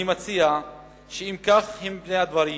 אני מציע שאם כך הם פני הדברים,